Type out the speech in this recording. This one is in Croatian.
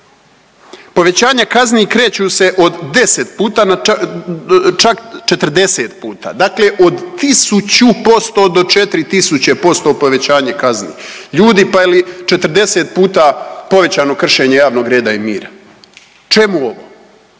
Povećanja kazni kreću se od 10 puta na čak 40 puta, dakle od 1000% do 4000% povećanje kazni. Ljudi, pa je li 40 puta povećano kršenje javnog reda i mira, čemu ovo?